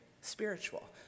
spiritual